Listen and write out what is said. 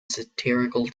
satirical